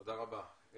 תודה רבה.